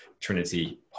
Trinity